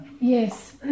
Yes